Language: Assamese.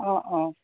অঁ অঁ